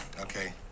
Okay